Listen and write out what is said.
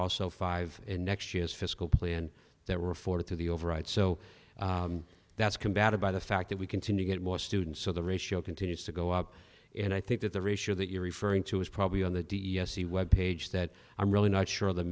also five in next year's fiscal plan that were afforded to the override so that's combated by the fact that we continue get more students so the ratio continues to go up and i think that the ratio that you're referring to is probably on the d e s c web page that i'm really not sure the